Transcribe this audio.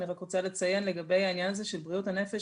אני רק רוצה לציין לגבי העניין הזה של בריאות הנפש,